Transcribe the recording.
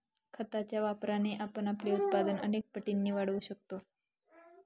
खताच्या वापराने आपण आपले उत्पादन अनेक पटींनी वाढवू शकतो